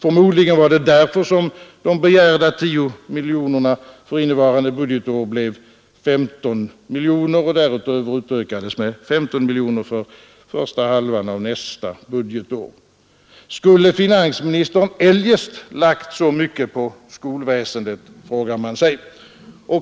Förmodligen var det därför de begärda 10 miljonerna för innevarande budgetår blev 15 miljoner och därutöver utökades med 15 miljoner för första halvan av nästa budgetår. Skulle finansministern eljest lagt så mycket på skolväsendet, frågar man sig.